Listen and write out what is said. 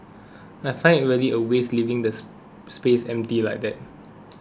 I find it really a waste leaving this space empty like that